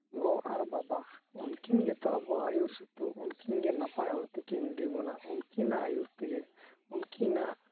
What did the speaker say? ᱜᱚ ᱟᱨ ᱵᱟᱵᱟ ᱩᱱᱠᱤᱱ ᱜᱮᱛᱚ ᱟᱵᱚ ᱟᱹᱭᱩᱨ ᱥᱩᱛᱩᱜ ᱩᱱᱠᱤᱱ ᱜᱮ ᱱᱟᱯᱟᱭ ᱦᱚᱨ ᱛᱮᱠᱤᱱ ᱤᱫᱤ ᱵᱚᱱᱟ ᱩᱱᱠᱤᱱᱟᱜ ᱟᱹᱭᱩᱨ ᱛᱮᱜᱮ ᱩᱱᱠᱤᱱᱟᱜ